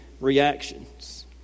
reactions